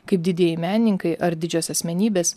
kaip didieji menininkai ar didžios asmenybės